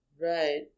Right